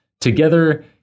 Together